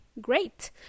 great